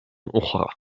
أخرى